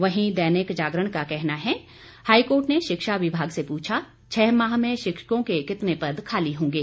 वहीं दैनिक जागरण का कहना है हाईकोर्ट ने शिक्षा विभाग से पूछा छह माह में शिक्षकों के कितने पद खाली होंगे